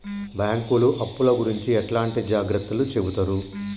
బ్యాంకులు అప్పుల గురించి ఎట్లాంటి జాగ్రత్తలు చెబుతరు?